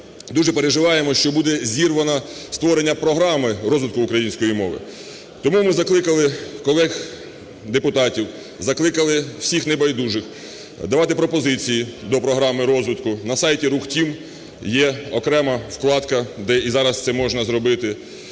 дуже переживаємо, що буде зірвано створення програми розвитку української мови. Тому ми закликали колег-депутатів, закликали всіх небайдужих давати пропозиції до програми розвитку. На сайті rukh.team є окрема вкладка, де і зараз це можна зробити.